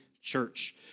church